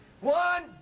one